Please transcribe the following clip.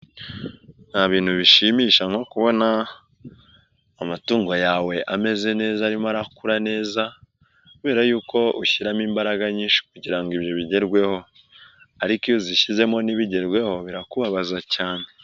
Nta bintu bishimisha nko kubona amatungo yawe ameze neza, arimo arakura neza, kubera yuko ushyiramo imbaraga nyinshi kugira ibyo bigerweho ariko iyo uzishyizemo ntibigerweho, birakubabaza cyane.